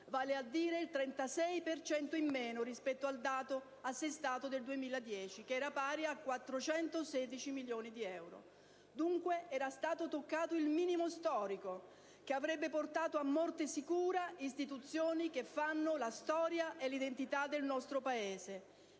vale a dire il 36 per cento in meno rispetto al dato assestato del 2010, che era pari a 416,6 milioni di euro. Dunque, era stato toccato il minimo storico, che avrebbe portato a morte sicura istituzioni che fanno la storia e l'identità del nostro Paese,